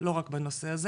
לא רק בנושא הזה.